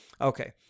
Okay